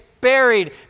buried